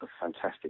fantastic